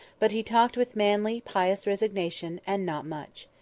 but he talked with manly, pious resignation, and not much.